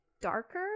darker